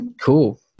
Cool